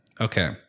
Okay